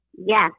Yes